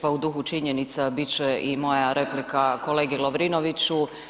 Pa u duhu činjenica, biti će i moja replika kolegi Lovrinoviću.